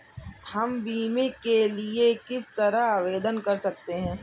हम बीमे के लिए किस तरह आवेदन कर सकते हैं?